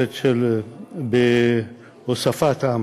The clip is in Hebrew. בהוספתם